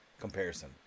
comparison